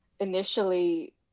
Initially